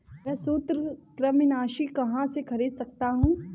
मैं सूत्रकृमिनाशी कहाँ से खरीद सकता हूँ?